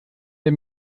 der